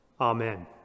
Amen